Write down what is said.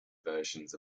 versions